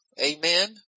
Amen